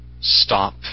stop